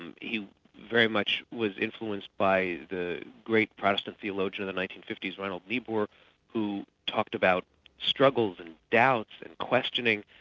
and he very much was influenced by the great pastor-theologian of the nineteen fifty s, ronald peabore who talked about struggles and doubts and questioning,